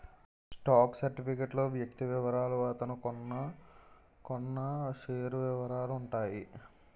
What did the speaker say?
stock certificate లో వ్యక్తి వివరాలు అతను కొన్నకొన్న షేర్ల వివరాలు ఉంటాయి